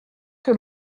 que